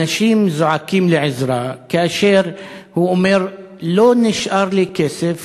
אנשים זועקים לעזרה, והוא אומר: לא נשאר לי כסף